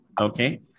Okay